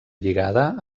lligada